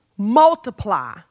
multiply